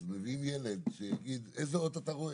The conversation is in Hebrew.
אז מביאים ילד שיגיד איזה אות אתה רואה,